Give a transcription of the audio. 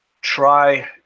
try